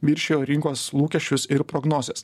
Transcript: viršijo rinkos lūkesčius ir prognozes